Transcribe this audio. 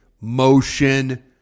motion